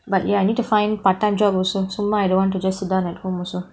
but ya I need to find part time job also சும்மா:summa I don't want to just sit down at home also